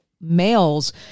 males